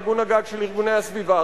ארגון הגג של ארגוני הסביבה,